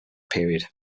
period